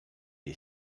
est